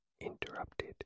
interrupted